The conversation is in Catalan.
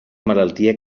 malaltia